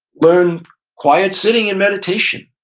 learn quiet sitting and meditation.